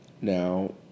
Now